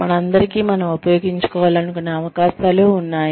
మనందరికీ మనం ఉపయోగించుకోవాలనుకునే అవకాశాలు ఉన్నాయి